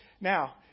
Now